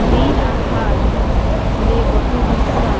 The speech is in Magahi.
ऋण आहार ले बहु हिस्सा